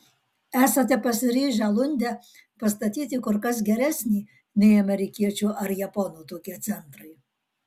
esate pasiryžę lunde pastatyti kur kas geresnį nei amerikiečių ar japonų tokie centrai